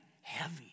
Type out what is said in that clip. heavy